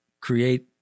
create